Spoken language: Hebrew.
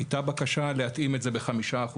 הייתה בקשה להתאים את זה ב-5%,